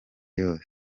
yose